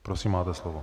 Prosím máte slovo.